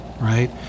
right